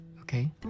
okay